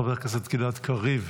חבר הכנסת גלעד קריב,